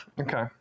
Okay